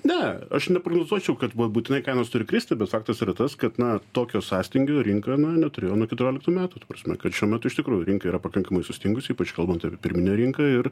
ne aš neprognozuočiau kad va būtinai kainos turi kristi bet faktas yra tas kad na tokio sąstingio rinka na neturėjo nuo keturioliktų metų ta prasme kad šiuo metu iš tikrųjų rinka yra pakankamai sustingusi ypač kalbant apie pirminę rinką ir